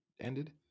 ended